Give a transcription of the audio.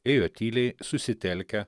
ėjo tyliai susitelkę